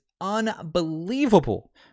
unbelievable